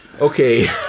Okay